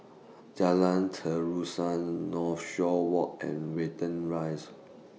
Jalan Terusan Northshore Walk and Watten Rise